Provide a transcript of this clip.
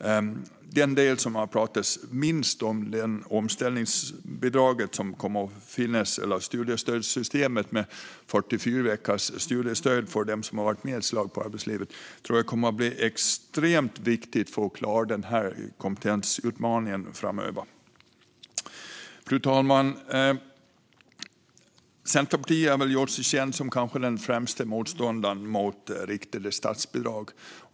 Den del som det har pratats minst om är omställningsbidraget, eller studiestödssystemet, som kommer att finnas med 44 veckors studiestöd för dem som varit med ett slag i arbetslivet. Det tror jag kommer att bli extremt viktigt för att klara kompetensutmaningen framöver. Fru talman! Centerpartiet har gjort sig känt som den kanske främsta motståndaren till riktade statsbidrag.